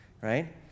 right